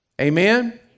Amen